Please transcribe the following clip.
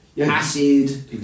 Acid